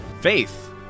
Faith